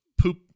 poop